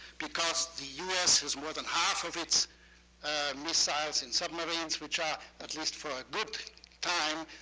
because the us has more than half of its missiles in submarines, which are, at least for a good time,